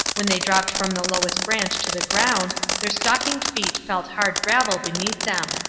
when they dropped from the lowest branch to the ground their stockinged feet felt hard gravel beneath them.